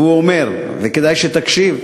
והוא אומר, וכדאי שתקשיב,